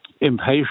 Impatient